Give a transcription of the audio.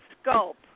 scope